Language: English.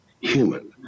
human